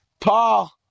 Paul